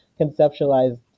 conceptualized